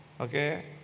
okay